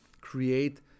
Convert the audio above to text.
create